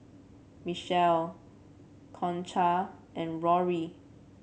Michele Concha and Rory